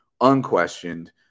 unquestioned